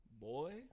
boy